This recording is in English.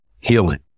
Healing